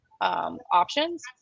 options